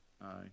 Aye